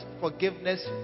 forgiveness